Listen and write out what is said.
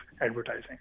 advertising